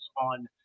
on